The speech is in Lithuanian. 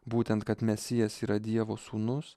būtent kad mesijas yra dievo sūnus